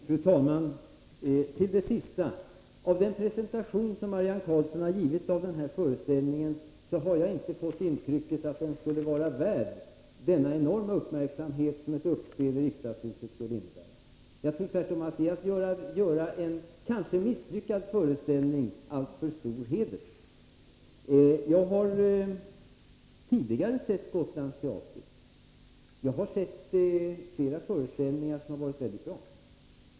Fru talman! Till svar på den sista frågan vill jag säga att av den presentation som Marianne Karlsson har givit av den här föreställningen har jag inte fått intrycket att den skulle vara värd den enorma uppmärksamhet som ett " uppspeli riksdagshuset skulle innebära. Jag tror tvärtom att det är att göra en kanske misslyckad föreställning alltför stor heder. Jag har tidigare sett flera föreställningar av Gotlands teater, vilken har varit mycket bra.